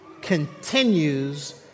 continues